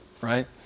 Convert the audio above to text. right